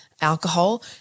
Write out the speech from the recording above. alcohol